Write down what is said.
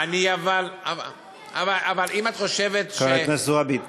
אדוני השר, חברת הכנסת זועבי,